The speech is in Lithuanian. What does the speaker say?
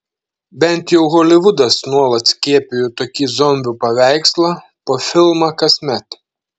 bent jau holivudas nuolat skiepijo tokį zombių paveikslą po filmą kasmet